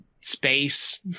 space